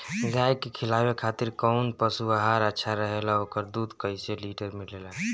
गाय के खिलावे खातिर काउन पशु आहार अच्छा रहेला और ओकर दुध कइसे लीटर मिलेला?